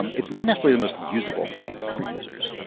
um it's not necessary the most usable thing for users.